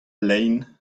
lein